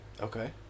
Okay